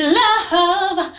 love